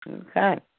Okay